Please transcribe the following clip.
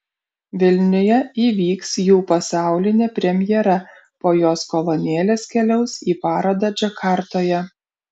vilniuje įvyks jų pasaulinė premjera po jos kolonėlės keliaus į parodą džakartoje